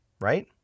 right